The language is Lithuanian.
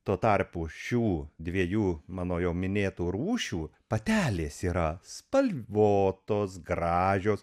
tuo tarpu šių dviejų mano jau minėtų rūšių patelės yra spalvotos gražios